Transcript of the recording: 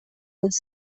was